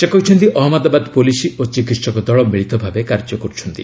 ସେ କହିଛନ୍ତି ଅହମ୍ମଦାବାଦ ପୋଲିସ ଓ ଚିକିହକ ଦଳ ମିଳିତ ଭାବେ କାର୍ଯ୍ୟ କରୁଛନ୍ତି